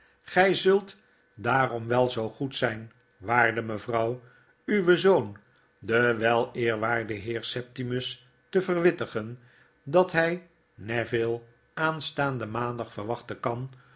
gry zult daarom wel zoo goed zyn waarde mevrouw uwen zoon den weleerwaarden heer septimus te verwittigen dat hi neville aanstaanden maandag verwachten kan